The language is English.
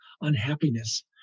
unhappiness